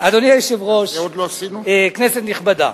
אדוני היושב-ראש, כנסת נכבדה,